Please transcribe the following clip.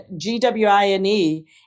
G-W-I-N-E